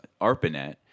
ARPANET